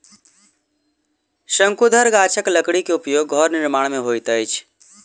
शंकुधर गाछक लकड़ी के उपयोग घर निर्माण में होइत अछि